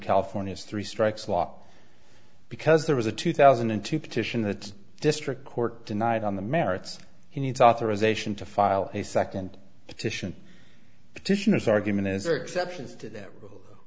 california three strikes law because there was a two thousand and two petition the district court denied on the merits he needs authorization to file a second petition petitioner's argument as exceptions to that